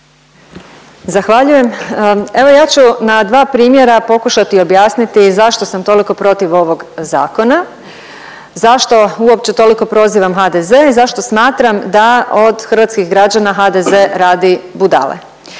Zahvaljujem. Evo ja ću na dva primjera pokušati objasniti zašto sam toliko protiv ovoga zakona, zašto uopće toliko prozivam HDZ i zašto smatram da od hrvatskih građana HDZ radi budale.